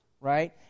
right